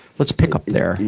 let's pick up there.